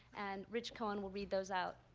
and rich cohen will read those out.